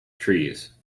trees